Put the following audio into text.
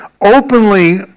openly